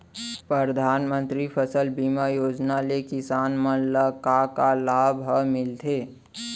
परधानमंतरी फसल बीमा योजना ले किसान मन ला का का लाभ ह मिलथे?